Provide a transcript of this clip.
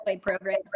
programs